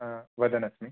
वदन् अस्मि